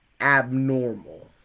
abnormal